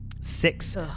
Six